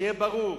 שיהיה ברור.